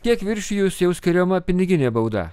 kiek viršijus jau skiriama piniginė bauda